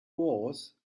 wars